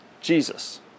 Jesus